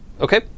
Okay